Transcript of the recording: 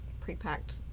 pre-packed